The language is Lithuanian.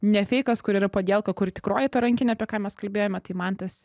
ne feikas kur yra padielka kuri tikroji ta rankinė apie ką mes kalbėjome tai mantas